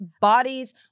bodies